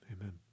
Amen